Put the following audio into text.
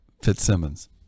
Fitzsimmons